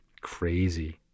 Crazy